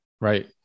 Right